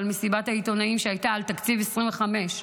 אבל מסיבת העיתונאים שהייתה על תקציב 2025,